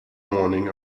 morning